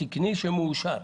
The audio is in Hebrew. תקני שמאושר.